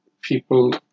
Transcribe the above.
people